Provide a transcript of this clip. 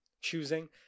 choosing